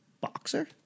boxer